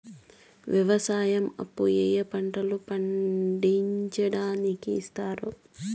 వ్యవసాయం అప్పు ఏ ఏ పంటలు పండించడానికి ఇస్తారు?